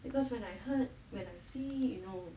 because when I heard when I see you know